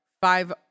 five